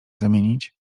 zamienić